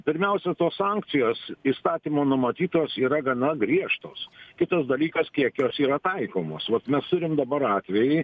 pirmiausia tos sankcijos įstatymo numatytos yra gana griežtos kitas dalykas kiek jos yra taikomos vat mes turim dabar atvejį